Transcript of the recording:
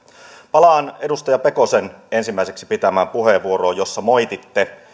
palaan edustaja pekosen ensimmäiseksi pitämään puheenvuoroon jossa moititte